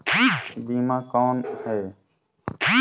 बीमा कौन है?